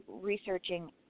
researching